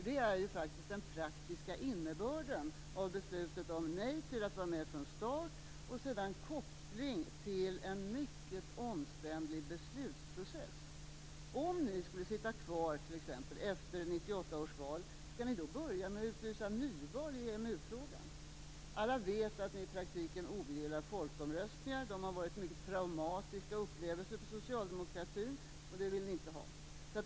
Det är faktiskt den praktiska innebörden av beslutet om nej till att vara med från start och sedan kopplingen till en mycket omständlig beslutsprocess. Om ni t.ex. skulle sitta kvar efter 1998 års val, skall ni då börja med att utlysa nyval i EMU-frågan? Alla vet att ni i praktiken ogillar folkomröstningar. De har varit mycket traumatiska upplevelser för socialdemokratin, och det vill ni inte ha.